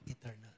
eternal